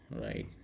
right